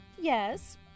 Yes